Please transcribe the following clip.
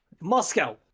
Moscow